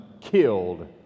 killed